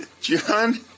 John